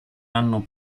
anno